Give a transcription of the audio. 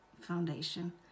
Foundation